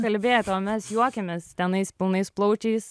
kalbėt o mes juokiamės tenais pilnais plaučiais